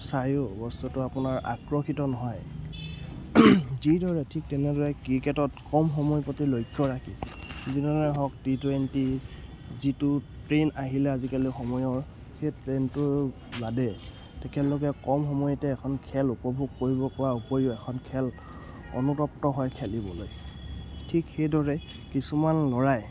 চায়ো বস্তুটো আপোনাৰ আকৰ্ষিত নহয় যিদৰে ঠিক তেনেদৰে ক্ৰিকেটত কম সময়ৰ প্ৰতি লক্ষ্য ৰাখি যিনেদৰে হওক টি টুৱেণ্টি যিটো ট্ৰেন্ড আহিলে আজিকালি সময়ৰ সেই ট্ৰেন্ডটোৰ বাদে তেখেতলোকে কম সময়তে এখন খেল উপভোগ কৰিব পৰা উপৰিও এখন খেল অনুতপ্ত হয় খেলিবলৈ ঠিক সেইদৰে কিছুমান ল'ৰাই